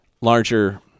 larger